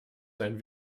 sein